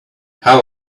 how